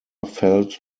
felt